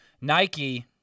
Nike